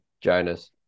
Jonas